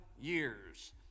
years